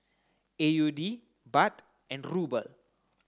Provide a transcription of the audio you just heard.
A U D Baht and Ruble